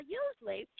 usually